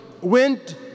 went